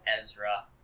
Ezra